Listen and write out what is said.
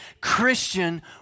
Christian